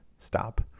Stop